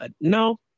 No